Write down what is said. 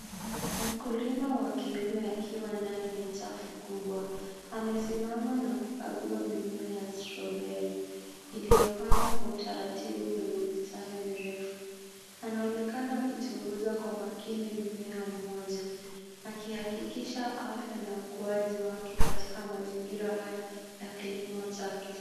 Mkulima wa kiume akiwa ndani ya chafu kubwa amesimama na kukagua mimea ya strawberry iliyopandwa kwa utaratibu kwenye mistari mirefu. Anaonekana akichunguza kwa mimea moja akihakikisha afya na ukuaji wake katika mazingira haya ya kilimo cha kisasa.